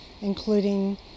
including